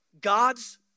God's